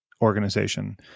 organization